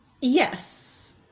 yes